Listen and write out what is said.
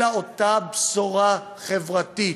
אלא אותה בשורה חברתית